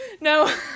No